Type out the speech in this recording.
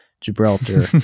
Gibraltar